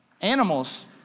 animals